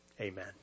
amen